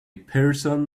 person